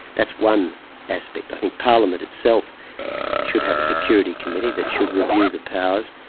that's one aspect. i think parliament itself should have a security committee that should review the powers,